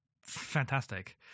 fantastic